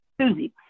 Susie